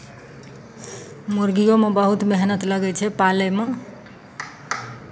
मुरगिओमे बहुत मेहनत लगै छै पालयमे